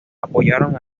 apoyaron